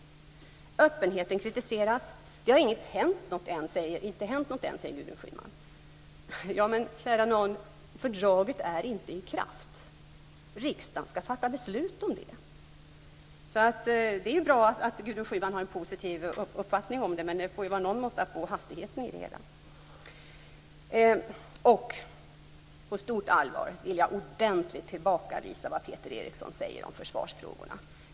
Öppenheten kritiseras. Det har inte hänt något än, säger Gudrun Schyman. Men kära nån, fördraget är inte i kraft! Riksdagen skall fatta beslut om det. Det är bra att Gudrun Schyman har en positiv uppfattning om detta, men det får vara någon måtta på hastigheten i det hela. Jag vill också på stort allvar ordentligt tillbakavisa vad Peter Eriksson säger om försvarsfrågorna.